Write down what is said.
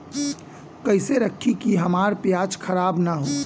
कइसे रखी कि हमार प्याज खराब न हो?